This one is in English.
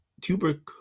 tuberculosis